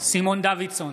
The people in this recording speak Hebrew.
סימון דוידסון,